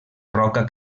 roca